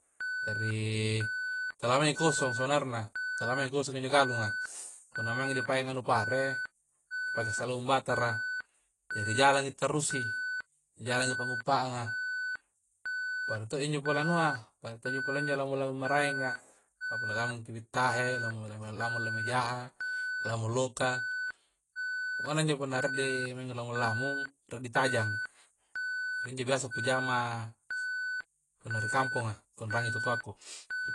Ri tala maeng kosong sebenarna, tala maeng kosong injo galunga tala maeng dipale dianu pare, patasalong bakara jari jallangi tarrusi, jallangi pamompa'anga. pada to injo anua, pada todo ji pole lango-lango a, pada todoji lango lango maraenga, kah punna naungki dibittahe lamu-lamung ki lame jaha, lamu loka, hullaei injo rie na di ning lamu-lamung rie ditajang injo biasa kujama punna ri kamponga tundrangi tu toaku.